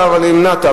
אתה נמנעת,